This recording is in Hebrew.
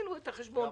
עשינו את החשבון,